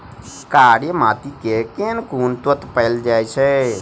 कार्य माटि मे केँ कुन तत्व पैल जाय छै?